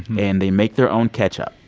and they make their own ketchup.